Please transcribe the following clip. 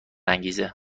انگیزه